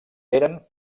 eren